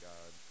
God